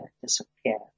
disappear